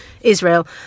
Israel